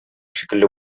шикелле